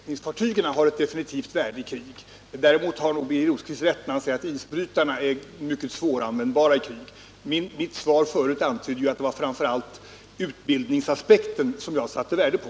Herr talman! Sjömätningsfartygen har ett definitivt värde i krig. Däremot har nog Birger Rosqvist rätt, när han säger att isbrytarna är mycket svåranvändbara i krig. Mitt svar förut antydde att det var framför allt utbildningsaspekten som jag satte värde på.